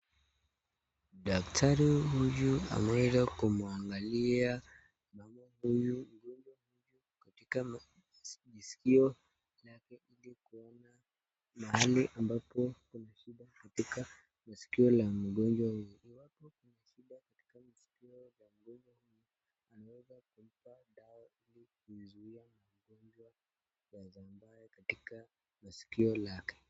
Daktari huyu ameweza kumwangalia mgonjwa huyu katika skio lake, ili kuona mahali ambapo kuna shida katika maskio la mgonjwa huyu, iwapo kuna shida katika maskio ya mgonjwa huyu, anaweza kumpa dawa ili kuzuia magonjwa yasambae katika maskio lake.